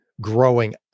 growing